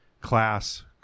class